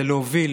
היא להוביל